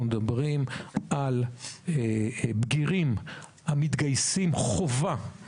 אנחנו מחויבים להליכים הנאותים אך מחויבים לא פחות למבחן